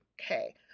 Okay